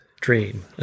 dream